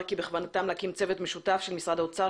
כי בכוונתם להקים צוות משותף של משרד האוצר,